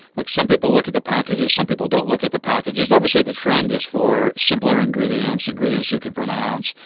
look, some people look at the packages, some people don't look at the packages, i will say the trend is for simpler ingredients, ingredients you can pronounce,